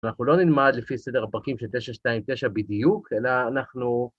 אנחנו לא נלמד לפי סדר הפרקים של 929 בדיוק, אלא אנחנו...